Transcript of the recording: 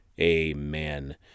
Amen